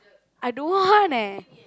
I don't want eh